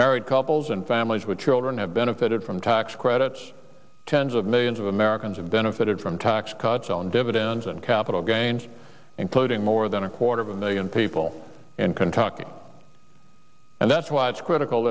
married couples and families with children have benefited from tax credits tens of millions of americans have benefited from tax cuts on dividends and capital gains including more than a quarter of a million people in kentucky and that's why it's critical